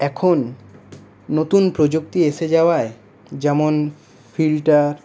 এখন নতুন প্রযুক্তি এসে যাওয়ায় যেমন ফিল্টার